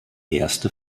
erste